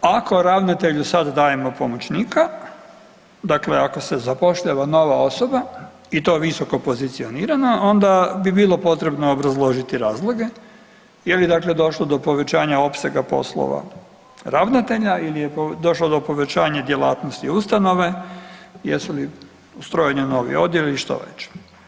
Ako ravnatelju sad dajemo pomoćnika, dakle ako se zapošljava nova osoba i to visokopozicionirana onda bi bilo potrebno obrazložiti razloge il je dakle došlo do povećanja opsega poslova ravnatelja il je došlo do povećanja djelatnosti ustanove, jesu li ustrojeni novi odjeli i što već.